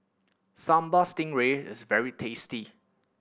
Sambal Stingray is very tasty